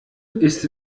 ist